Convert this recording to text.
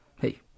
hey